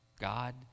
God